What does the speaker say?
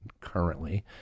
currently